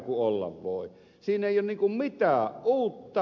siinä ei ole niin kuin mitään uutta